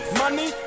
money